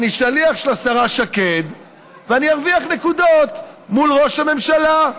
אני שליח של השרה שקד ואני ארוויח נקודות מול ראש המשלה.